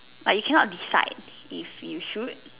like you cannot decide if you should